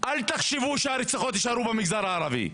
אל תחשבו שמקרי הרצח האלה יישארו במגזר הערבי.